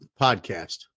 Podcast